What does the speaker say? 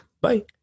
bye